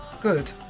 Good